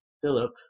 philip